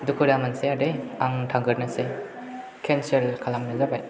दुखु दामोनसै आदै आं थांग्रोनोसै केन्सेल खालामनाय जाबाय